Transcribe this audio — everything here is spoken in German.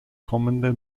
kommende